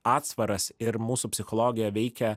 atsvaras ir mūsų psichologija veikia